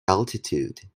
altitude